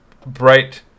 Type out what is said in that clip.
Bright